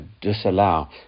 disallow